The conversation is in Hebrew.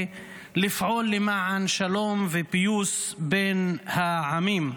ולפעול למען שלום ופיוס בין העמים.